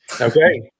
okay